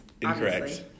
Incorrect